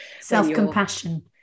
self-compassion